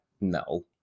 No